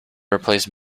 replace